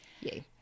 yay